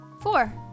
Four